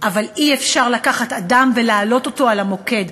אבל אי-אפשר לקחת אדם ולהעלות אותו על המוקד,